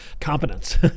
Competence